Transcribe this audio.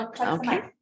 okay